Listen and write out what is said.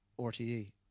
RTE